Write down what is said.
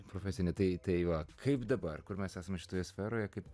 profesinė tai tai va kaip dabar kur mes esame šitoje sferoje kaip